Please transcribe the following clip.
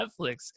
Netflix